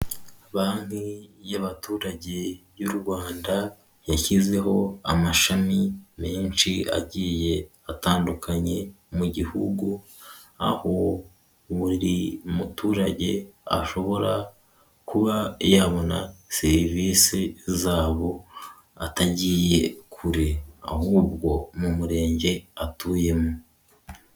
Banki yabaturage y' u Rwanda yashyizeho amashami menshi agiye atandukanye mu gihugu, aho buri muturage ashobora kuba yabona serivisi zabo, atagiye kure, ahubwo mu murenge atuyemo.